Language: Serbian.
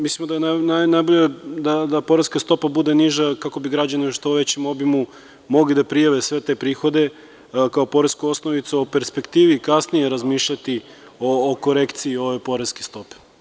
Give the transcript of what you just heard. Mislim da je najbolje da poreska stopa bude niža kako bi građani u što većem obimu mogli da prijave sve te prihode kao poreska osnovica o perspektivi kasnije razmišljati o korekciji ove poreske stope.